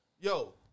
Yo